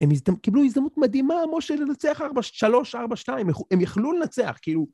הם הזדמ, קיבלו הזדמנות מדהימה, משה לנצח 4, 3-4-2, הם יכלו לנצח, כאילו...